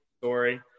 story